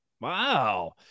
wow